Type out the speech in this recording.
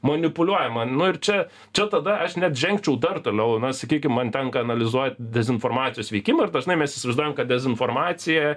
manipuliuojama nu ir čia čia tada aš net žengčiau dar toliau na sakykim man tenka analizuot dezinformacijos veikimą ir dažnai mes įsivaizduojam kad dezinformacija